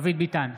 דוד ביטן,